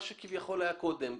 מה שהיה קודם,